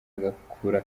agakura